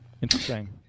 Interesting